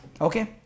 okay